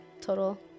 total